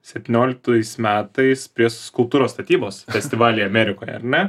septynioliktais metais prie skulptūros statybos festivalyje amerikoje ar ne